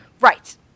Right